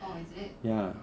ya